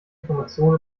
informationen